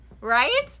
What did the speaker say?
Right